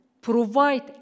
provide